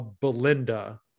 Belinda